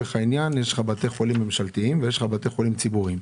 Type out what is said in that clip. יש לך בתי חולים ממשלתיים ויש לך בתי חולים ציבוריים.